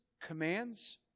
commands